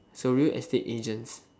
it's a real estate agent